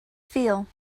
feel